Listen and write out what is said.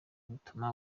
bituma